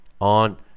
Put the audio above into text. on